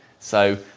so